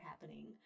happening